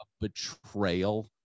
betrayal